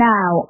Now